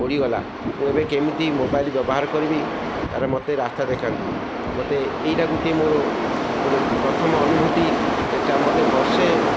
ପୋଡ଼ିଗଲା ମୁଁ ଏବେ କେମିତି ମୋବାଇଲ ବ୍ୟବହାର କରିବି ତାର ମୋତେ ରାସ୍ତା ଦେଖାନ୍ତୁ ମୋତେ ଏଇଟା ଗୋଟିଏ ମୋର ଗୋଟିଏ ପ୍ରଥମ ଅନୁଭୂତି ମୋତେ ବର୍ଷେ